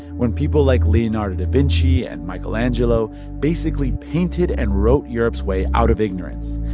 when people like leonardo da vinci and michelangelo basically painted and wrote europe's way out of ignorance.